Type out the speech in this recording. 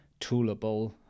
toolable